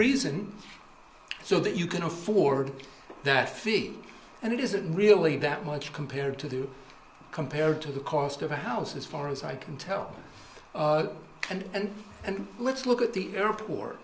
reason so that you can afford that fee and it isn't really that much compared to do compared to the cost of a house as far as i can tell and and let's look at the airport